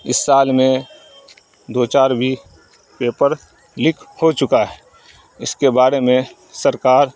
اس سال میں دو چار بھی پیپر لیک ہو چکا ہے اس کے بارے میں سرکار